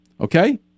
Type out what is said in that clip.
Okay